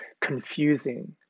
confusing